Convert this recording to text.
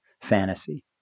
fantasy